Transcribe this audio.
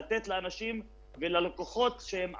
כדי לתת לאנשים וללקוחות, שאגב,